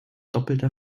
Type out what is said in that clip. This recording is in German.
doppelter